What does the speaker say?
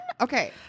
Okay